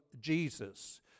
Jesus